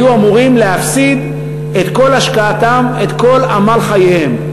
היו אמורים להפסיד את כל השקעתם ואת כל עמל חייהם.